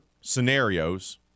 scenarios